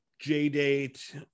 j-date